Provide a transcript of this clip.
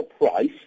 price